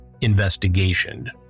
investigation